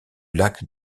lac